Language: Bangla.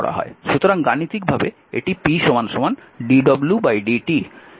সুতরাং গাণিতিকভাবে এটি p dw dt